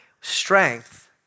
strength